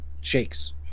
shakes